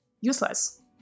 useless